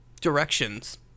directions